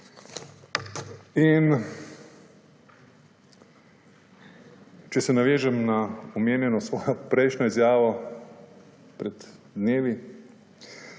Če se navežem na omenjeno svojo prejšnjo izjavo pred dnevi,